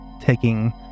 taking